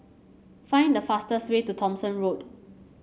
find the fastest way to Thomson Road